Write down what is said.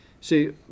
See